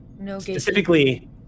Specifically